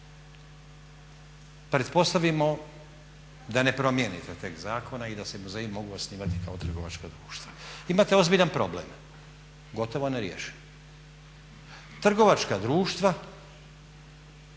Pretpostavimo da ne promijenite tekst zakona i da se muzeji mogu osnivati kao trgovačka društva. Imate ozbiljan problem, gotovo nerješiv. Trgovačka društva